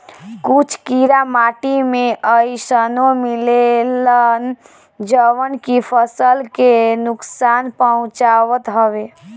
कुछ कीड़ा माटी में अइसनो मिलेलन जवन की फसल के नुकसान पहुँचावत हवे